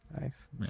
Nice